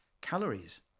calories